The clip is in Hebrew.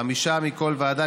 חמישה מכל ועדה,